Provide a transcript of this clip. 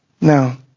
Now